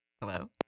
Hello